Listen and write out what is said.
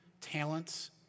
talents